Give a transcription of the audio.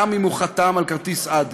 גם אם הוא חתם על כרטיס "אדי".